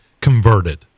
converted